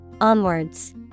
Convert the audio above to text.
Onwards